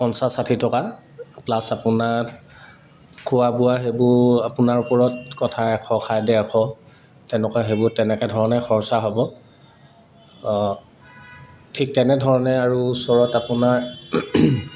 পঞ্চাছ ষাঠি টকা প্লাছ আপোনাৰ খোৱা বোৱা সেইবোৰ আপোনাৰ ওপৰত কথা এশ খায় ডেৰশ তেনেকুৱা সেইবোৰ তেনেকৈ ধৰণে খৰচা হ'ব ঠিক তেনেধৰণে আৰু ওচৰত আপোনাৰ